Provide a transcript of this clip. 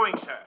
sir